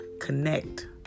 Connect